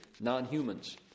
non-humans